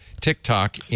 TikTok